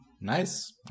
Nice